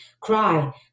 cry